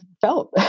felt